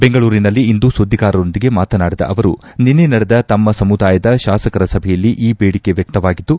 ಬೆಂಗಳೂರಿನಲ್ಲಿಂದು ಸುದ್ದಿಗಾರರೊಂದಿಗೆ ಮಾತನಾಡಿದ ಅವರು ನಿನ್ನೆ ನಡೆದ ತಮ್ಮ ಸಮುದಾಯದ ಶಾಸಕರ ಸಭೆಯಲ್ಲಿ ಈ ಬೇಡಿಕೆ ವ್ಯಕ್ತವಾಗಿದ್ದು